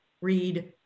read